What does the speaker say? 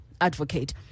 advocate